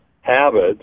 habits